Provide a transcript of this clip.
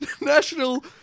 National